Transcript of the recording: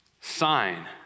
sign